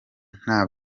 nta